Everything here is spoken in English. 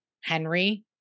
Henry